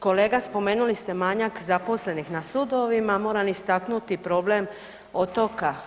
Kolega spomenuli ste manjak zaposlenih na sudovima, moram istaknuti problem otoka.